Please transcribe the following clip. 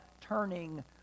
turning